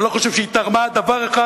ואני לא חושב שהיא תרמה דבר אחד,